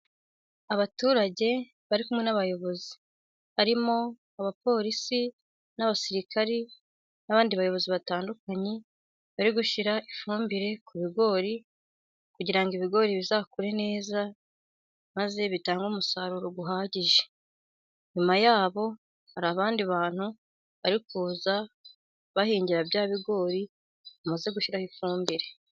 Abaturage bari kumwe n'abayobozi harimo: abapolisi, n'abasirikari, n'abandi bayobozi batandukanye. Bari gushyira ifumbire ku bigori kugira ngo ibigori bizakure neza maze bitange umusaruro uhagije, inyuma yabo hari abandi bantu bari kuza bahingira bya bigori bamaze gushyiraho ifumbire.